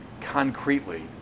concretely